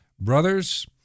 Brothers